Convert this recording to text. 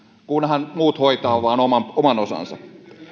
kunhan muut hoitavat oman oman osansa